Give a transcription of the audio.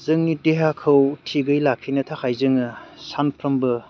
जोंनि देहाखौ थिगै लाखिनो थाखाय जोङो सानफ्रोमबो